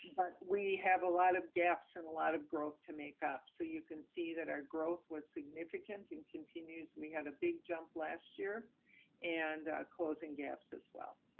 but we have a lot of gaps and a lot of growth to make up. so you can see that our growth was significant and continues. we had a big jump last year and are closing gaps as well.